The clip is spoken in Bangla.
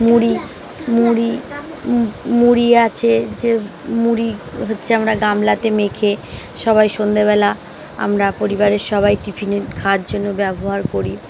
মুড়ি মুড়ি মুড়ি আছে যে মুড়ি হচ্ছে আমরা গামলাতে মেখে সবাই সন্ধেবেলা আমরা পরিবারের সবাই টিফিনের খাওয়ার জন্য ব্যবহার করি